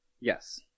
Yes